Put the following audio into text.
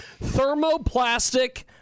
thermoplastic